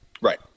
Right